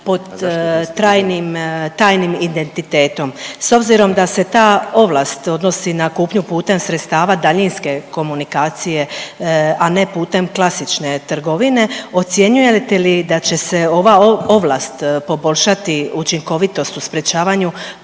pod trajnim, tajnim identitetom. S obzirom da se ta ovlast odnosi na kupnju putem sredstava daljinske komunikacije, a ne putem klasične trgovine ocjenjujete li da će se ova ovlast poboljšati učinkovitost u sprječavanju